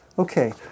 Okay